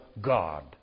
God